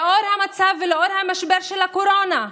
בשל המצב, ולנוכח המשבר של הקורונה,